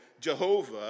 Jehovah